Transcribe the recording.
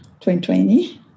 2020